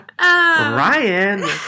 Ryan